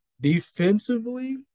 defensively